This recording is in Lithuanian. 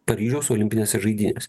paryžiaus olimpinėse žaidynėse